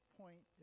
point